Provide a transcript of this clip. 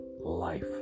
life